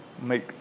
make